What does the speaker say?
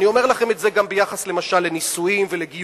ואני אומר לכם את זה גם ביחס לנישואין ולגיורים,